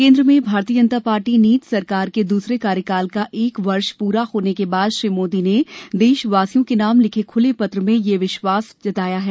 केन्द्र में भारतीय जनता पार्टी नीत सरकार के द्रसरे कार्यकाल का एक वर्ष प्रा होने के बाद श्री मोदी ने देशवासियों के नाम लिखे ख्ले पत्र में यह विश्वास व्यक्त किया है